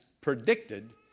predicted